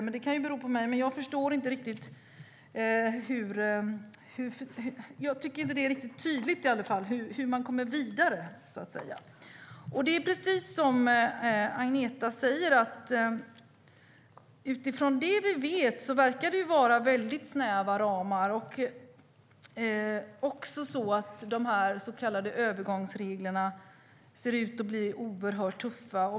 Men jag tycker inte att det är riktigt tydligt hur man kommer vidare. Utifrån det vi vet verkar det, precis som Agneta säger, vara väldigt snäva ramar. De så kallade övergångsreglerna ser ut att bli oerhört tuffa.